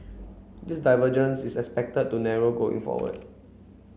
this divergence is expected to narrow going forward